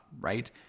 right